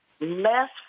less